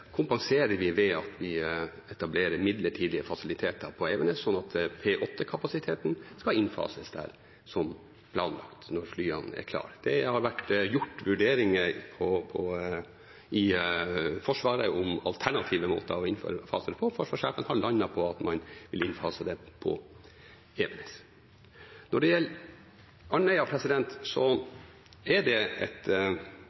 kompenserer vi ved at vi etablerer midlertidige fasiliteter på Evenes, slik at P8-kapasiteten skal innfases der som planlagt når flyene er klare. Det har vært gjort vurderinger i Forsvaret om alternative måter å innføre faser på. Forsvarssjefen har landet på at man vil innfase det på Evenes. Når det gjelder Andøya,